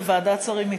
בוועדת שרים,